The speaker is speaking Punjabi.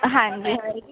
ਹਾਂਜੀ